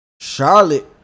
Charlotte